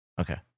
Okay